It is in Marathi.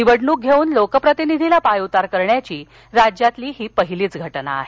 निवडणूक घेऊन लोकप्रतिनिधीला पाय उतार करण्याची राज्यातली ही पहिलीच घटना आहे